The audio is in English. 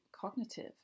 cognitive